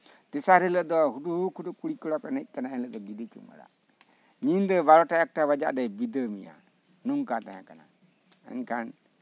ᱛᱮᱥᱟᱨ ᱦᱤᱞᱳᱜ ᱫᱚ ᱦᱩᱰᱩᱠ ᱦᱩᱰᱩᱠ ᱠᱩᱲᱤ ᱠᱚᱲᱟ ᱠᱚ ᱮᱱᱮᱡ ᱠᱟᱱᱟ ᱜᱤᱰᱤ ᱪᱩᱢᱟᱹᱲᱟ ᱧᱤᱫᱟᱹ ᱵᱟᱨᱴᱟ ᱮᱠᱴᱟ ᱵᱟᱡᱟᱜ ᱨᱮᱭ ᱵᱤᱫᱟᱹ ᱢᱮᱭᱟ ᱱᱚᱝᱠᱟ ᱛᱟᱸᱦᱮ ᱠᱟᱱᱟ ᱢᱮᱱᱠᱷᱟᱱ